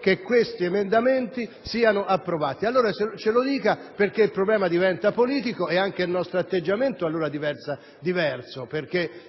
che questi emendamenti siano approvati; allora ce lo dica, perché il problema diventerebbe politico e anche il nostro atteggiamento sarebbe diverso.